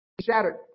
shattered